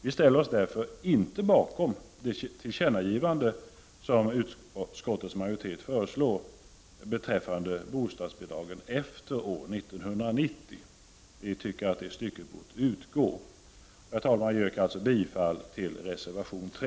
Vi ställer oss därför inte bakom det tillkännagivande som utskottets majoritet föreslår beträffande bostadsbidragen efter år 1990. Vi anser att det stycket borde utgå. Herr talman! Jag yrkar alltså bifall till reservation 3.